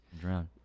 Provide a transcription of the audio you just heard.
Drown